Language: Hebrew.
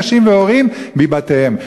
נשים והורים מבתיהם.